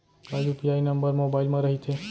का UPI number mobile म रहिथे?